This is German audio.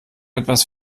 etwas